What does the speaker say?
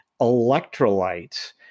electrolytes